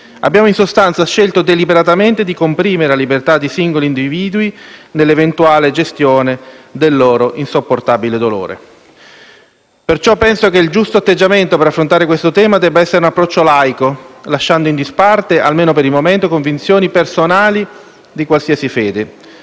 Abbiamo in sostanza scelto deliberatamente di comprimere la libertà dei singoli individui nell'eventuale gestione del loro insopportabile dolore. Perciò penso che il giusto atteggiamento per affrontare questo tema debba essere un approccio laico, lasciando in disparte, almeno per il momento, convinzioni personali di qualsiasi fede.